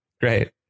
great